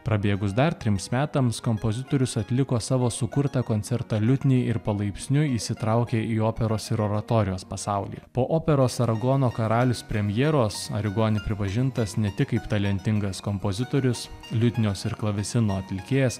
prabėgus dar trims metams kompozitorius atliko savo sukurtą koncertą liutniai ir palaipsniui įsitraukė į operos ir oratorijos pasaulį po operos aragono karalius premjeros arigoni pripažintas ne tik kaip talentingas kompozitorius liutnios ir klavesino atlikėjas